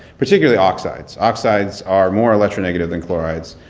particularly oxides. oxides are more electronegative than chlorides,